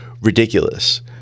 ridiculous